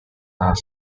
are